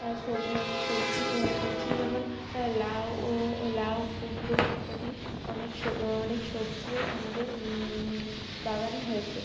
আর সব সবজি সবজি যেমন লাউ লাউ কুমড়ো ইত্যাদি অনেক স অনেক সবজিও আমাদের বাগানে হয়েছে